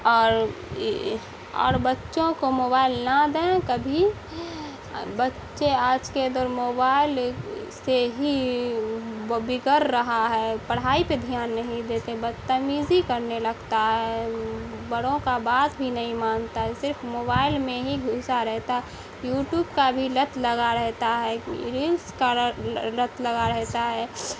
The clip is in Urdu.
اور اور بچوں کو موبائل نہ دیں کبھی بچے آج کے دور موبائل سے ہی بگڑ رہا ہے پڑھائی پہ دھیان نہیں دیتے بد تمیزی کرنے لگتا ہے بڑوں کا بات ہی نہیں مانتا ہے صرف موبائل میں ہی گھسا رہتا یوٹوب کا بھی لت لگا رہتا ہے ریلس کا لت لگا رہتا ہے